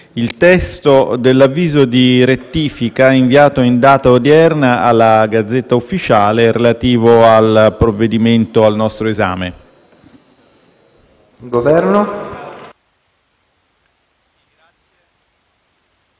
il testo dell'avviso di rettifica inviato in data odierna alla *Gazzetta Ufficiale* relativo al provvedimento al nostro esame.